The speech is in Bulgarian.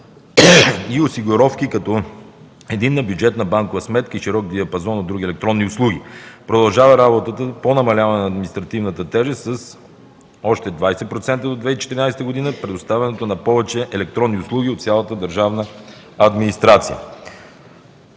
и осигуровки, като единна бюджетна банкова сметка и широк диапазон от други електронни услуги. Продължава работата по намаляване на административната тежест с още 20% до 2014 г. и предоставянето на повече електронни услуги от цялата държавна администрация.